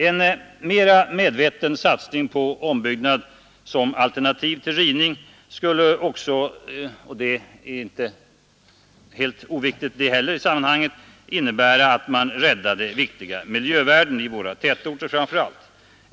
En mera medveten satsning på ombyggnad som alternativ till rivning och nybyggnad skulle också innebära att man räddar viktiga miljövärden, framför allt i våra tätorter.